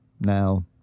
Now